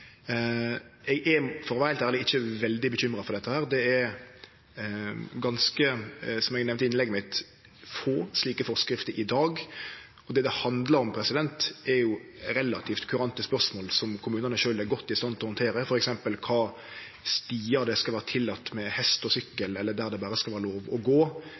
Eg er, for å vere heilt ærleg, ikkje veldig bekymra for dette. Som eg nemnde i innlegget mitt, er det ganske få slike forskrifter i dag. Det det handlar om, er jo relativt kurante spørsmål som kommunane sjølve er godt i stand til å handtere, t.d. på kva stiar det skal vere tillate med hest og sykkel, eller kvar det berre skal vere lov å gå,